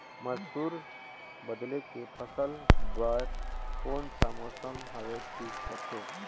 मसुर बदले के फसल बार कोन सा मौसम हवे ठीक रथे?